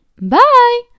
Bye